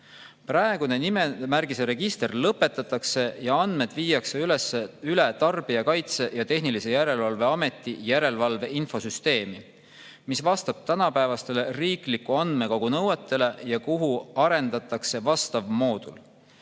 Praegune nimemärgise register lõpetatakse ja andmed viiakse üle Tarbijakaitse ja Tehnilise Järelevalve Ameti järelevalve infosüsteemi, mis vastab tänapäevastele riikliku andmekogu nõuetele ja kus arendatakse vastav moodul.